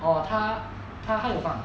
orh 他他有放